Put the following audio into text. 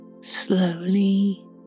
slowly